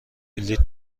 بلیط